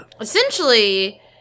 Essentially